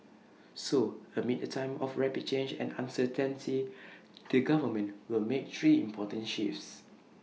so amid A time of rapid change and the government will make three important shifts